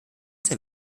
sehr